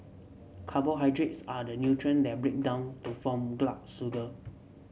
carbohydrates are the nutrient that break down to form sugar